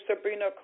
Sabrina